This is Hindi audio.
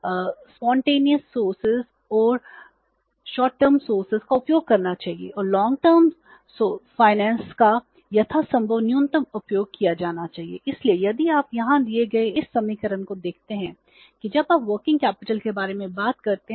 यह सहज स्रोत के बारे में बात करते हैं